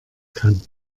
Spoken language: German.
kann